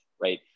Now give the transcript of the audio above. right